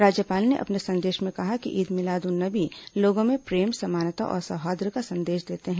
राज्यपाल ने अपने संदेश में कहा है कि ईद मिलाद उन नंबी लोगों में प्रेम समानता और सौहाई का संदेश देता है